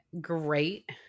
Great